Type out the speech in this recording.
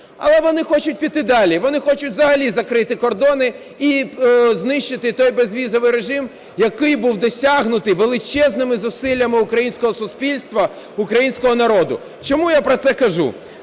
Але вони хочуть піти далі: вони хочуть взагалі закрити кордони і знищити той безвізовий режим, який був досягнутий величезними зусиллями українського суспільства, українського народу. Чому я про це кажу?